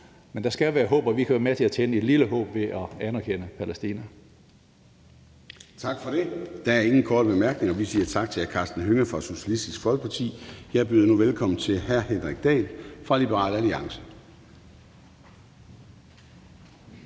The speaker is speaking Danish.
men der skal være håb, og vi kan være med til at tænde et lille håb ved at anerkende Palæstina. Kl. 20:54 Formanden (Søren Gade): Tak for det. Der er ingen korte bemærkninger. Vi siger tak til hr. Karsten Hønge fra Socialistisk Folkeparti. Jeg byder nu velkommen til hr. Henrik Dahl fra Liberal Alliance.